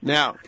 Now